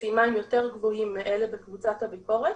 וסיימה עם יותר גבוהים מאלה בקבוצת הביקורת